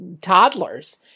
toddlers